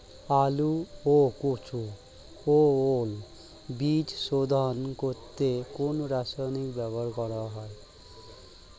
আলু ও কচু ও ওল বীজ শোধন করতে কোন রাসায়নিক ব্যবহার করা হয়?